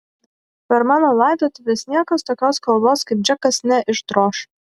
per mano laidotuves niekas tokios kalbos kaip džekas neišdroš